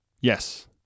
Yes